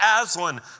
Aslan